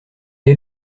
est